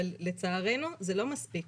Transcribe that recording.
אבל לצערנו זה לא מספיק.